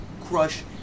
crush